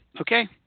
Okay